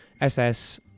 ss